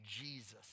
Jesus